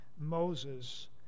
Moses